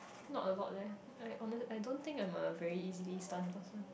not a lot leh I honest I don't think I'm a very easily stunned person